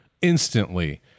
instantly